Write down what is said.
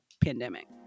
pandemic